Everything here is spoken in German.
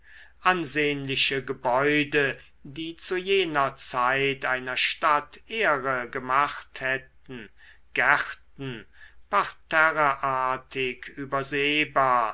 ansehnliche gebäude die zu jener zeit einer stadt ehre gemacht hätten gärten parterreartig übersehbar